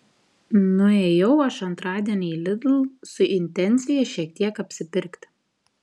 nuėjau aš antradienį į lidl su intencija šiek tiek apsipirkti